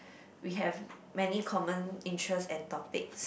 we have many common interest and topics